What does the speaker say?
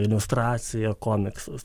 iliustracija komiksas